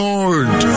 Lord